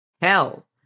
Hell